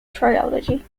trilogy